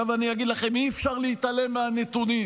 אני אגיד לכם, אי-אפשר להתעלם מהנתונים.